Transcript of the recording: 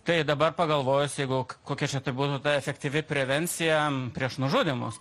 tai dabar pagalvojus jeigu kokia čia tai būtų ta efektyvi prevencija prieš nužudymus